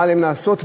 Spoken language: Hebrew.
מה עליהם לעשות,